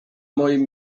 moim